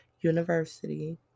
university